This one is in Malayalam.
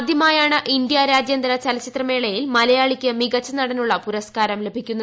ആദ്യമായാണ് ഇന്ത്യ രാജ്യാന്തര ചലച്ചിത്രമേളയിൽ മലയാളിക്ക് മികച്ച നടനുളള പുരസ്ക്കാരം ലഭിക്കുന്നത്